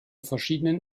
verschiedenen